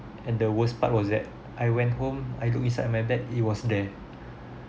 and the worst part was that I went home I look inside my bag it was there